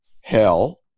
hell